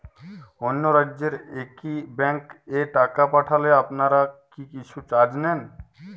অন্য রাজ্যের একি ব্যাংক এ টাকা পাঠালে আপনারা কী কিছু চার্জ নেন?